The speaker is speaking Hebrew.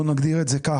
בוא נגדיר את זה כך.